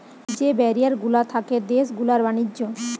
যে ব্যারিয়ার গুলা থাকে দেশ গুলার ব্যাণিজ্য